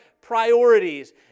priorities